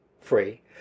free